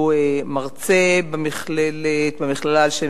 שהוא מרצה במכללה על-שם